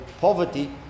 poverty